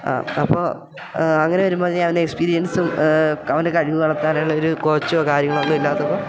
ആ അപ്പോൾ അങ്ങനെ വരുമ്പോൾ അത് ഞാനൊന്ന് എക്സ്പീരിയൻസും അവന് കഴിവ് വളർത്താനുള്ള ഒരു കോച്ചോ കാര്യങ്ങളൊന്നും ഇല്ലാത്തപ്പോൾ